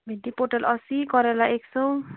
भिन्डी पोटल असी करेला एक सय